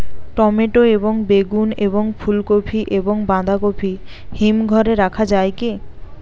Tomato এবং বেগুন এবং ফুলকপি এবং বাঁধাকপি হিমঘরে রাখা যায় কি?